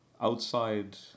outside